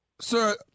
Sir